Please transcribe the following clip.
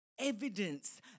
evidence